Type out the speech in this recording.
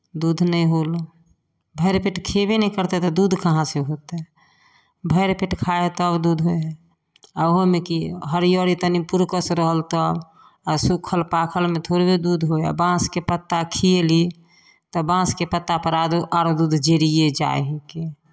दूध नहि होल भरि पेट खयबे नहि करतै तऽ दूध कहाँसँ होतै भरि पेट खाइ हइ तब दूध होइ हइ आ ओहोमे की हरियरी तनि पुरकस रहल तब आ सूखल पाकलमे थोड़बे दूध होइ हइ आ बाँसके पत्ता खिएली तऽ बाँसके पत्तापर आरो दूध जरिए जाइ हइ के